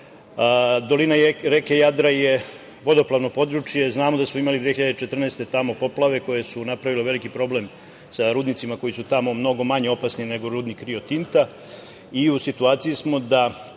Dolina reke Jadra je vodoplavno područje. Znamo da smo imali 2014. godine poplave koje su napravile veliki problem sa rudnicima koji su tamo mnogo manje opasni nego rudnik Rio Tinta. U situaciji smo da